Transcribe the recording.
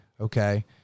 okay